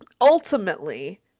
ultimately